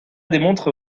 démontre